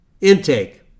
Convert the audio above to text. intake